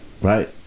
Right